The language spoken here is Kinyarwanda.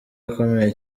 akomeye